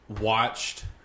watched